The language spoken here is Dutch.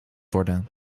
worden